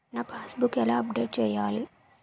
నా passbook ఎలా update చేయాలి?